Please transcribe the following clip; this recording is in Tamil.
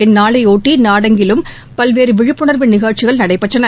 இந்நாளையொட்டி நாடெங்கிலும் பல்வேறு விழிப்புணா்வு நிகழ்ச்சிகள் நடைபெற்றன